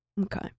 Okay